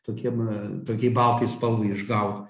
tokiem tokiai baltai spalvai išgauti